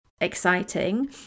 exciting